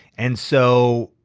and so,